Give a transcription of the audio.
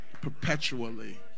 perpetually